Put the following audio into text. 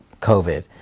covid